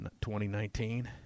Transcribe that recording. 2019